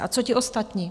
A co ti ostatní?